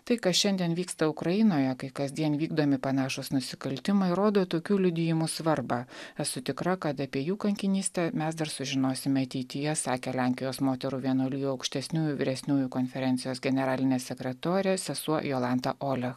tai kas šiandien vyksta ukrainoje kai kasdien vykdomi panašūs nusikaltimai rodo tokių liudijimų svarbą esu tikra kad apie jų kankinystę mes dar sužinosime ateityje sakė lenkijos moterų vienuolijų aukštesniųjų vyresniųjų konferencijos generalinė sekretorė sesuo jolanta olia